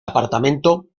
apartamento